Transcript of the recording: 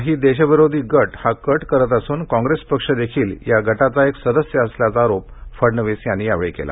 काही देशविरोधी गट हा कट करत असून काँग्रेस पक्ष देखील या गटाचा एक सदस्य असल्याचा आरोप फडणवीस यांनी यावेळी केला